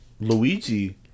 Luigi